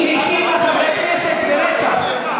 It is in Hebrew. היא האשימה חברי כנסת ברצח.